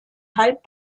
halb